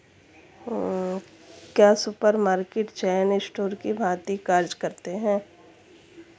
क्या supermarket chain store की भांति कार्य करते हैं?